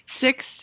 six